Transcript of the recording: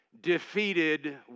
defeated